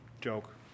Joke